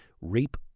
Rape